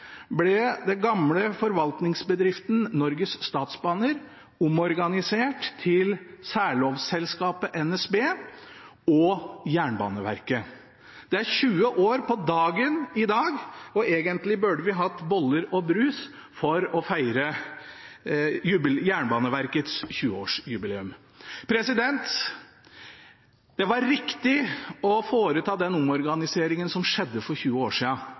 ble den gamle forvaltningsbedriften Norges Statsbaner omorganisert til særlovselskapet NSB og Jernbaneverket. Det er 20 år på dagen i dag, og egentlig burde vi hatt boller og brus for å feire Jernbaneverkets 20-årsjubileum. Det var riktig å foreta den omorganiseringen som skjedde for 20 år